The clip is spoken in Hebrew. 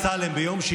אתה לא צריך לדבר.